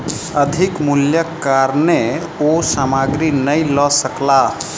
अधिक मूल्यक कारणेँ ओ सामग्री नै लअ सकला